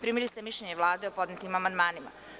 Primili ste mišljenje Vlade o podnetim amandmanima.